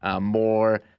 More